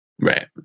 Right